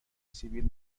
سیبیل